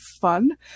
fun